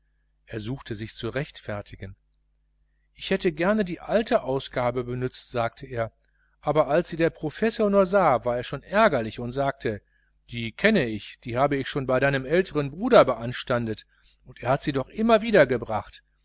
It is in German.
er suchte sich zu rechtfertigen ich hätte gerne die alte ausgabe benützt sagte er aber als sie der professor nur sah war er schon ärgerlich und sagte die kenne ich die habe ich schon bei deinem ältesten bruder beanstandet und er hat sie doch immer wieder